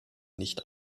nicht